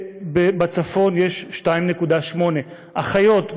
בצפון יש 2.8. לגבי אחיות,